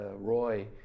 Roy